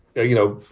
you know,